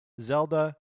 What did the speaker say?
Zelda